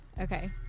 Okay